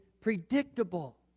predictable